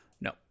No